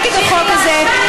נגד החוק הזה,